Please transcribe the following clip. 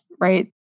right